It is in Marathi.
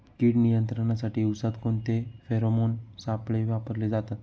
कीड नियंत्रणासाठी उसात कोणते फेरोमोन सापळे वापरले जातात?